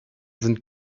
sind